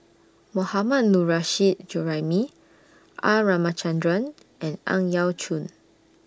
Mohammad Nurrasyid Juraimi R Ramachandran and Ang Yau Choon